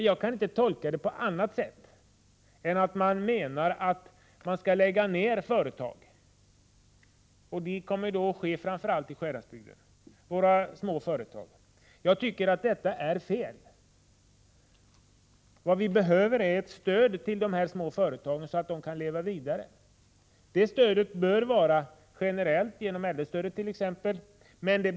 Jag kan inte tolka det på annat sätt än att man menar att företag skall läggas ned, och det kommer framför allt att ske i Sjuhäradsbygden med dess små företag. Det tycker jag är fel. Vad som behövs är ett stöd till dessa små företag så att de kan leva vidare. Det stödet bör vara generellt genom exempelvis äldrestödet.